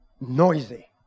noisy